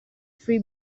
free